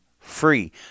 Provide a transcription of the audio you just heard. free